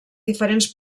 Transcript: diferents